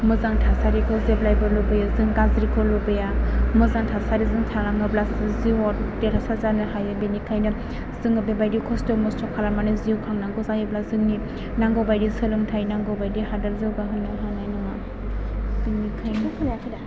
मोजां थासारिखौ जेब्लायबो लुबैयो जों गाज्रिखौ लुबैया मोजां थासारिजों थालाङोब्लासो जिउआव देरहासार जानो हायो बेनिखायनो जोङो बेबायदि खस्त' मस्त' खालामनानै जिउ खांनांगौ जायोब्ला जोंनि नांगौ बायदि सोलोंथाय नांगौ बायदि हादोर जौगा होनो हानाय नङा बेनिखायनो